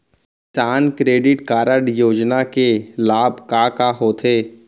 किसान credit card योजना के लाभ का का होथे?